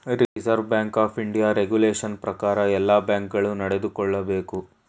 reserve bank of India regulation ಪ್ರಕಾರ ಎಲ್ಲ bank ಗಳು ನಡೆದುಕೊಳ್ಳಬೇಕು